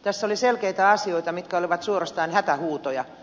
tässä oli selkeitä asioita mitkä olivat suorastaan hätähuutoja